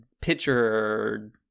pitcher